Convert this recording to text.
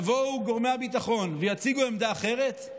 יבואו גורמי הביטחון ויציגו עמדה אחרת,